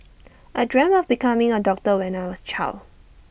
I dreamt of becoming A doctor when I was A child